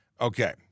Okay